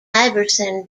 iverson